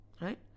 right